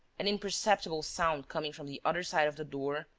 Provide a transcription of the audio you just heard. an imperceptible sound, coming from the other side of the door,